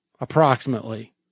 approximately